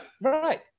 Right